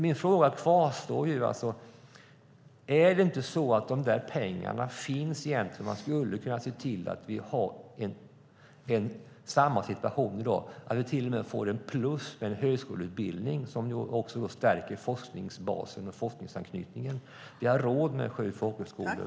Min fråga kvarstår: Är det inte så att det egentligen finns pengar så att man skulle kunna behålla den situation som råder i dag och dessutom plussa på med en högskoleutbildning som stärker forskningsbasen och forskningsanknytningen? Vi har råd med sju folkhögskolor.